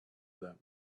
them